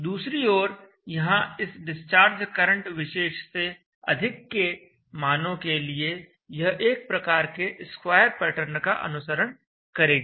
दूसरी ओर यहां इस डिस्चार्ज करंट विशेष से अधिक के मानों के लिए यह एक प्रकार के स्क्वायर पैटर्न का अनुसरण करेगी